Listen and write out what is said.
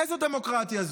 איזו דמוקרטיה זו?